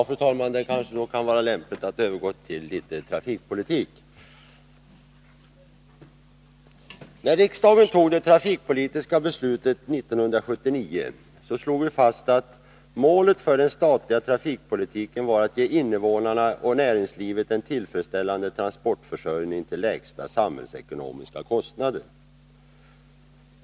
Fru talman! Nu kanske det kan vara lämpligt att övergå till trafikpolitik. När riksdagen tog det trafikpolitiska beslutet 1979 slog vi fast att målet för den statliga trafikpolitiken var att ge invånarna och näringslivet en tillfredsställande transportförsörjning till lägsta samhällsekonomiska kostnader.